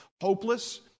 hopeless